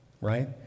right